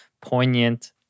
poignant